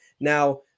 now